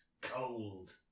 cold